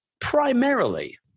primarily